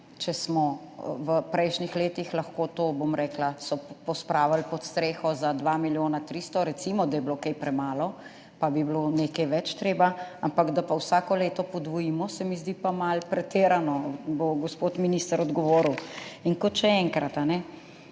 če smo v prejšnjih letih lahko to, bom rekla, pospravili pod streho za dva milijona 300, recimo, da je bilo kaj premalo in bi bilo potrebno nekaj več, ampak da pa vsako leto podvojimo, se mi zdi pa malo pretirano, bo gospod minister odgovoril. In še enkrat.